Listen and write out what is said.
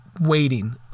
waiting